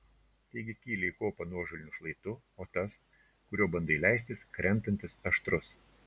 taigi kyli į kopą nuožulniu šlaitu o tas kuriuo bandai leistis krentantis aštrus